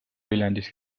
viljandis